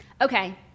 Okay